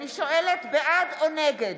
אני שואלת: בעד או נגד?